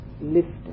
lifted